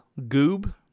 Goob